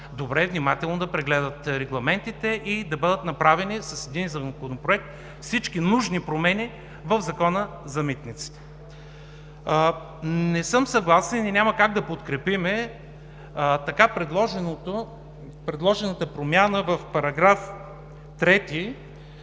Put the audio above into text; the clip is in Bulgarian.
добре, внимателно да прегледат регламентите и да бъдат направени с един законопроект всички нужни промени в Закона за митниците. Не съм съгласен и няма как да подкрепим предложената промяна в § 3,